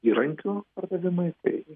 įrankių pardavimai tai